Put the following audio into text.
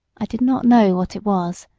i did not know what it was,